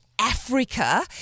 Africa